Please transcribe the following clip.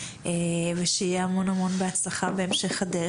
ושיהיה המון המון בהצלחה בהמשך הדרך.